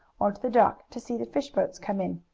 or to the dock, to see the fish boats come in.